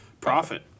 profit